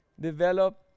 Develop